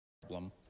problem